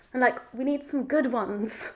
and like, we need some good ones,